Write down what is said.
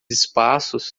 espaços